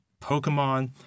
Pokemon